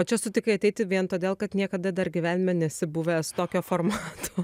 o čia sutikai ateiti vien todėl kad niekada dar gyvenime nesi buvęs tokio formato